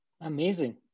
Amazing